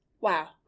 Wow